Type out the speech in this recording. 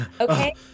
Okay